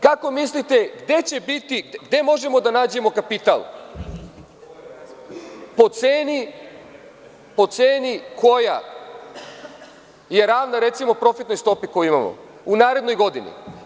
Kako mislite gde će biti, gde možemo da nađemo kapital po ceni koja je ravna recimo profitnoj stopi koju imamo u narednoj godini?